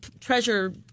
treasure